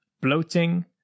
bloating